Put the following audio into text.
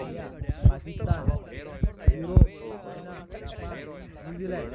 India Pakistan Europe China Japan New Zealand